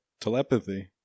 telepathy